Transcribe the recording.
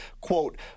quote